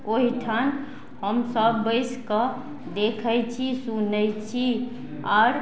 ओहिठाम हमसब बसि कऽ देखय छी सुनय छी आओर